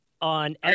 on